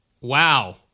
Wow